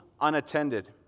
unattended